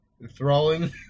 enthralling